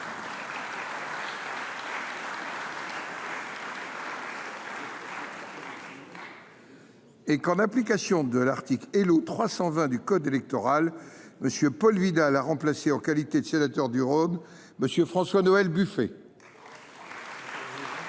et que, en application de l’article L.O. 320 du code électoral, M. Paul Vidal a remplacé, en qualité de sénateur du Rhône, M. François Noël Buffet, Mme